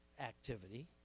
activity